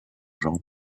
jambes